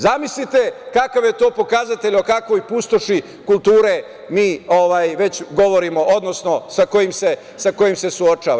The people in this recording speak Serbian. Zamislite kakav je to pokazatelj o kakvoj pustoši kulture mi govorimo, odnosno sa kojim se suočava.